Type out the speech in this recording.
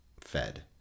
fed